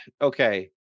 Okay